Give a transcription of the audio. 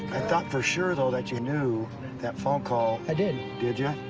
thought for sure though that you knew that phone call i did. did ya?